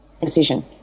decision